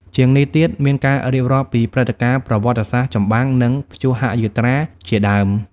ជាងនេះទៀត មានការរៀបរាប់ពីព្រឹត្តិការណ៍ប្រវត្តិសាស្រ្តចម្បាំង និងព្យុហយាត្រាជាដើម។